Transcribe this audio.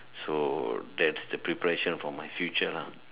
so that's the preparation for my future lah